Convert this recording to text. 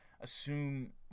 Assume